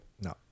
No